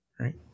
right